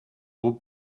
beau